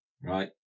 right